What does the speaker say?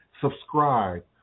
subscribe